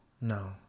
No